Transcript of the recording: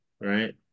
right